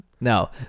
no